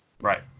Right